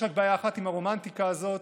יש רק בעיה אחת עם הרומנטיקה הזאת,